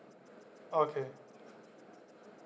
okay